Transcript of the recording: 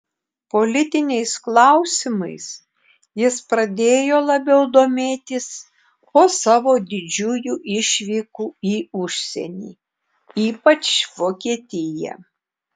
politiniais klausimais jis pradėjo labiau domėtis po savo didžiųjų išvykų į užsienį ypač vokietiją